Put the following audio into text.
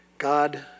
God